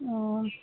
ও